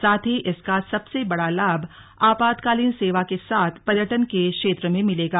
साथ ही इसका सबसे बड़ा लाभ आपातकालीन सेवा के साथ पर्यटन के क्षेत्र में मिलेगा